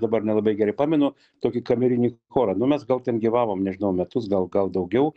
dabar nelabai gerai pamenu tokį kamerinį chorą nu mes gal ten gyvavom nežinau metus gal gal daugiau